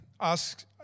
ask